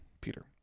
peter